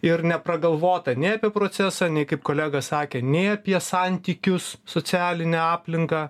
ir nepragalvota nei apie procesą nei kaip kolega sakė nei apie santykius socialinę aplinką